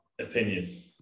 opinion